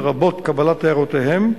לרבות קבלת הערותיהם,